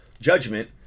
judgment